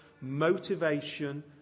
motivation